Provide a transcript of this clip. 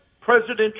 President